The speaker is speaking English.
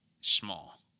small